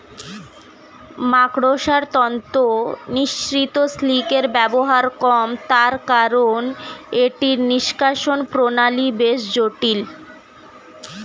মাকড়সার তন্তু নিঃসৃত সিল্কের ব্যবহার কম, তার কারন এটির নিষ্কাশণ প্রণালী বেশ জটিল